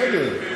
בסדר,